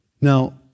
Now